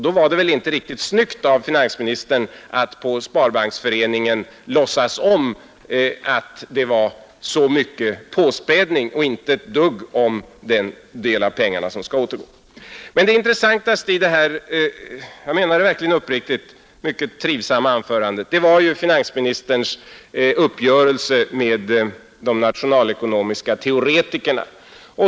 Då var det väl inte riktigt snyggt av finansministern att på Sparbanksföreningen tala om den stora påspädningen men inte alls låtsas om de pengar som skall betalas in till staten. Men det intressantaste i det här mycket trivsamma anförandet — jag menar det verkligen uppriktigt — var finansministerns uppgörelse med de nationalekonomiska teoretikerna.